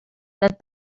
let